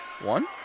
one